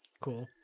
Cool